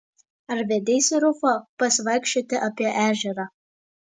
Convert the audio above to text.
ar vedeisi rufą pasivaikščioti apie ežerą